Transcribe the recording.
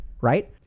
right